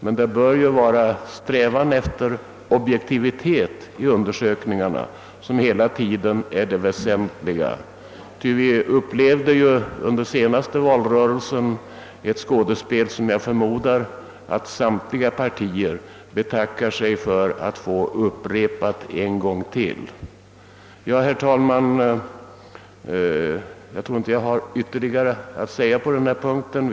Men strävan efter objektivitet i undersökningarna bör hela tiden vara det väsentliga. Ty det skådespel vi upplevde under senaste valrörelsen betackar sig nog samtliga partier att få upprepat. Ja, herr talman, jag tror inte att jag har något mer att säga på den punkten.